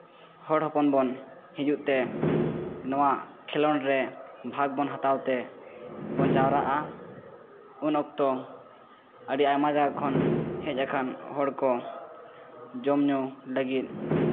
ᱦᱚᱲ ᱦᱚᱯᱚᱱ ᱵᱚᱱ ᱦᱤᱡᱩᱜᱼᱛᱮ ᱱᱚᱣᱟ ᱠᱷᱮᱞᱳᱰ ᱨᱮ ᱵᱷᱟᱜ ᱵᱚᱱ ᱦᱟᱛᱟᱣ ᱛᱮᱵᱚᱱ ᱡᱟᱣᱨᱟᱜᱼᱟ ᱩᱱ ᱚᱠᱛᱚ ᱟᱹᱰᱤ ᱟᱭᱢᱟ ᱡᱟᱭᱜᱟ ᱠᱷᱚᱱ ᱦᱮᱡ ᱟᱠᱟᱱ ᱦᱚᱲ ᱠᱚ ᱡᱚᱢ ᱧᱩ ᱞᱟᱹᱜᱤᱫ